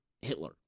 Hitler